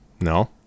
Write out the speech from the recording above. No